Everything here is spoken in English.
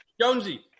Jonesy